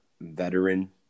veteran –